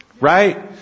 Right